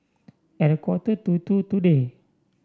at a quarter to two today